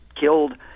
killed